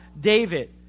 David